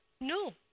No